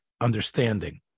understanding